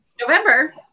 November